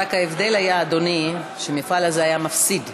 רק ההבדל היה, אדוני, שהמפעל הזה היה מפסיד.